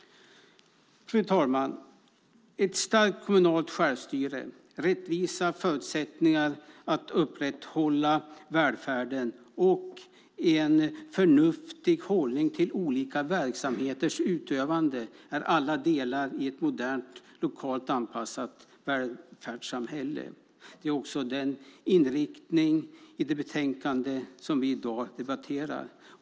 Fru talman! Ett starkt kommunalt självstyre, rättvisa förutsättningar att upprätthålla välfärden och en förnuftig hållning till olika verksamheters utövande är alla delar i ett modernt, lokalt anpassat välfärdssamhälle. Det är också inriktningen i det betänkande som vi i dag debatterar.